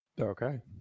Okay